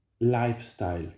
lifestyle